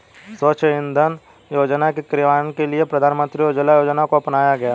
स्वच्छ इंधन योजना के क्रियान्वयन के लिए प्रधानमंत्री उज्ज्वला योजना को अपनाया गया